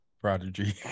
prodigy